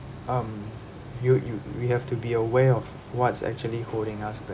um you you we have to be aware of what's actually holding us back